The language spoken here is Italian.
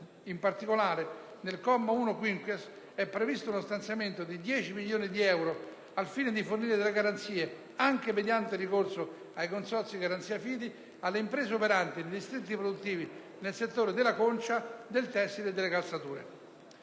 In particolare nel comma 1-*quinquies* è previsto uno stanziamento di 10 milioni di euro al fine di fornire delle garanzie, anche mediante ricorso ai consorzi di garanzia fidi, alle imprese operanti nei distretti produttivi nel settore della concia, del tessile e delle calzature.